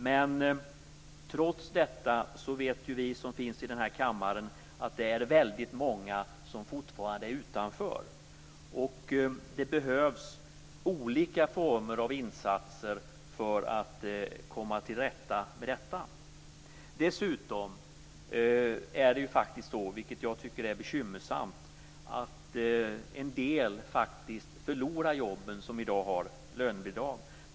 Men trots detta vet vi som finns i denna kammare att det är väldigt många som fortfarande är utanför, och det behövs olika former av insatser för att komma till rätta med detta. Dessutom är det så, vilket jag tycker är bekymmersamt, att en del av dem som i dag har lönebidrag förlorar jobben.